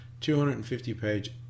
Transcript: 250-page